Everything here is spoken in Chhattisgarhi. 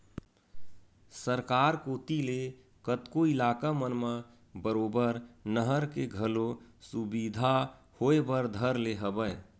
सरकार कोती ले कतको इलाका मन म बरोबर नहर के घलो सुबिधा होय बर धर ले हवय